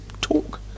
talk